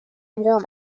warm